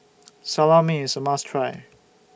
Salami IS A must Try